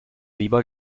lieber